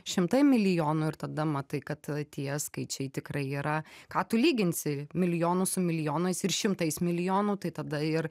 šimtai milijonų ir tada matai kad tie skaičiai tikrai yra ką tu lyginsi milijonus su milijonais ir šimtais milijonų tai tada ir